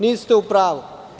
Niste u pravu.